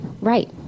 right